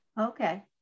Okay